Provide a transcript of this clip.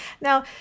now